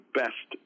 best